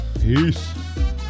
peace